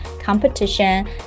competition